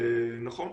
ונכון,